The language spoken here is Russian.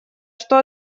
что